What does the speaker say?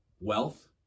wealth